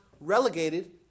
relegated